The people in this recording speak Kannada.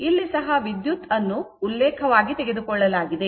ಇಲ್ಲಿ ಸಹ ವಿದ್ಯುತ್ ಅನ್ನು ಉಲ್ಲೇಖವಾಗಿ ತೆಗೆದುಕೊಳ್ಳಲಾಗಿದೆ